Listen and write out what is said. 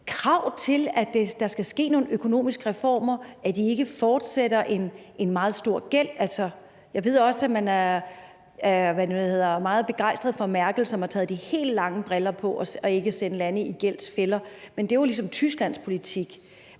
krav om, at der skal ske nogle økonomiske reformer, så de ikke fortsætter med at have en meget stor gæld? Jeg ved også, at man er meget begejstret for Merkel, som har taget de helt lange briller på og ikke vil sende lande i gældsfælder, men det er jo ligesom Tysklands politik.